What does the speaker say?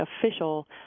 official